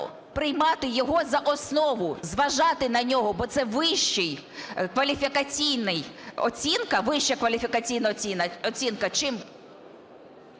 приймати його за основу, зважати на нього, бо це вища кваліфікаційна оцінка чим…